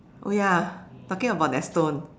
oh ya talking about that stone